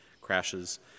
crashes